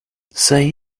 say